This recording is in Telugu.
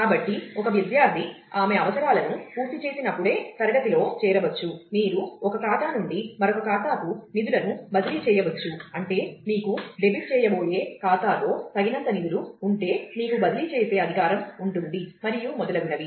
కాబట్టి ఒక విద్యార్థి ఆమె అవసరాలను పూర్తి చేసినప్పుడే తరగతిలో చేరవచ్చు మీరు ఒక ఖాతా నుండి మరొక ఖాతాకు నిధులను బదిలీ చేయవచ్చు అంటే మీకు డెబిట్ చేయబోయే ఖాతాలో తగినంత నిధులు ఉంటే మీకు బదిలీ చేసే అధికారం ఉంటుంది మరియు మొదలగునవి